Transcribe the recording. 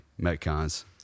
Metcons